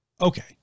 okay